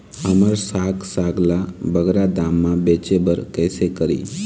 हमर साग साग ला बगरा दाम मा बेचे बर कइसे करी?